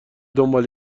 دنبال